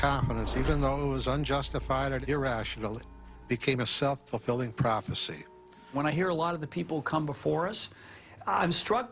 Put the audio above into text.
commonness even though it was unjustified irrational it became a self fulfilling prophecy when i hear a lot of the people come before us i'm struck